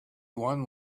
one